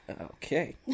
Okay